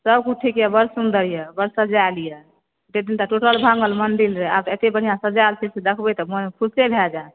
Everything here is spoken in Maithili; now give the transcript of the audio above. सब किछु ठीक यऽ बड़ सुन्दर यऽ बड़ सजायल यऽ पहिने तऽ टूटल भांगल मंदिल रहै आब तऽ एते बढ़िऑं सजायल रहै छै देखबै तऽ मन खुशे भए जायत